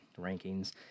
rankings